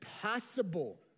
possible